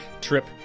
trip